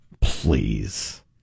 please